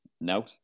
no